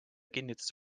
kinnitas